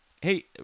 Hey